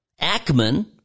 Ackman